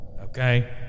Okay